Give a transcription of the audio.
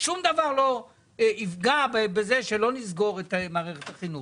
שום דבר לא יפגע בזה שלא נסגור את מערכת החינוך.